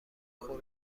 خود